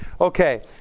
Okay